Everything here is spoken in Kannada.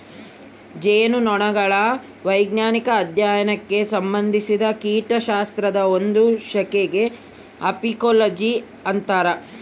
ಜೇನುನೊಣಗಳ ವೈಜ್ಞಾನಿಕ ಅಧ್ಯಯನಕ್ಕೆ ಸಂಭಂದಿಸಿದ ಕೀಟಶಾಸ್ತ್ರದ ಒಂದು ಶಾಖೆಗೆ ಅಫೀಕೋಲಜಿ ಅಂತರ